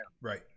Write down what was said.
Right